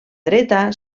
dreta